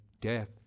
death